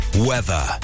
weather